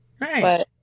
Right